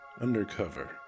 Undercover